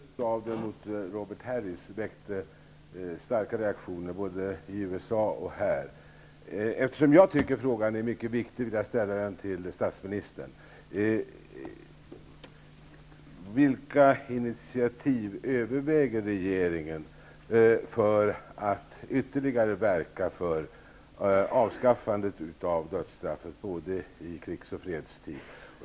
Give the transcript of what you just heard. Fru talman! Dödsdomen mot Robert Harris och verkställandet av den väckte starka reaktioner både i USA och i Sverige. Eftersom jag anser att frågan är mycket viktig vill jag ställa den till statsministern. Vilka initiativ överväger regeringen för att ytterligare verka för avskaffandet av dödsstraffet, i både krigs och fredstid?